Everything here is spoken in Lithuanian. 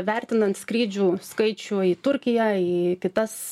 vertinant skrydžių skaičių į turkiją į kitas